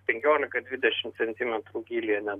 penkiolika dvidešim centimetrų gylyje ne